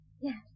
Yes